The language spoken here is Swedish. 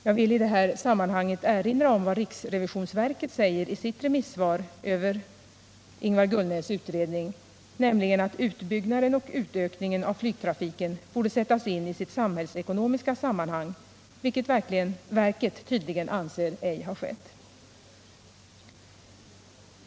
Jag vill i det här sammanhanget erinra om vad riksrevisionsverket säger i sitt remissvar över Ingvar Gullnäs utredning, nämligen att utbyggnaden och utökningen av flygtrafiken borde sättas in i sitt samhällsekonomiska sammanhang, vilket verket tydligen ej anser har skett.